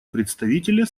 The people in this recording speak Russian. представителя